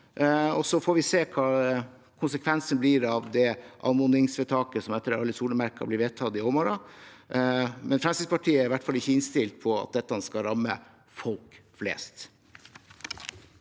og så får vi se hva konsekvensene blir av det anmodningsvedtaket som etter alle solemerker blir vedtatt i overmorgen, men Frem skrittspartiet er i hvert fall ikke innstilt på at dette skal ramme folk flest.